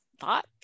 thought